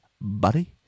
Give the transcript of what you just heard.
buddy